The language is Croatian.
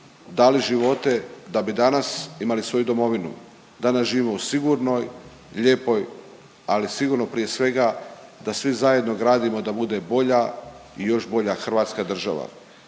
dali živote da bi danas imali svoju domovinu. Danas živimo u sigurnoj, lijepoj, ali sigurno prije svega da svi zajedno gradimo da bude bolja i još bolja hrvatska država,